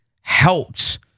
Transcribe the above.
helped